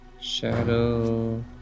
Shadow